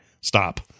Stop